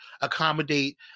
accommodate